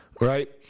Right